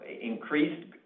increased